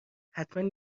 حتما